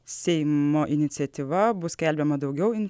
seimo iniciatyva bus skelbiama daugiau